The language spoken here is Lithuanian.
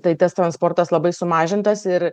tai tas transportas labai sumažintas ir